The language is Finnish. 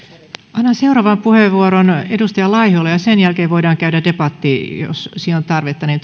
annan seuraavan puheenvuoron edustaja laiholle ja sen jälkeen voidaan käydä debatti jos siihen on tarvetta niin